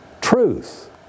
Truth